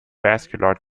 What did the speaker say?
vascular